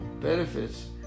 benefits